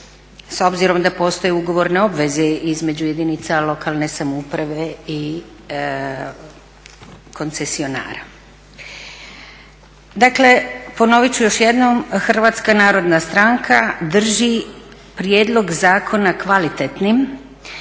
s obzirom da postoje ugovorne obveze između jedinica lokalne samouprave i koncesionara. Dakle, ponovit ću još jednom Hrvatska narodna stranka drži prijedlog zakona kvalitetnim